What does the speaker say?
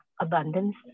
abundance